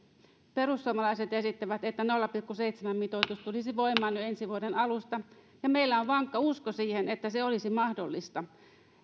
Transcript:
perussuomalaiset esittävät että nolla pilkku seitsemän mitoitus tulisi voimaan jo ensi vuoden alusta ja meillä on vankka usko siihen että se olisi mahdollista